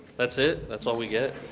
that's it? that's all we get?